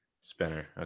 Spinner